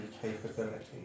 capability